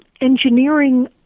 engineering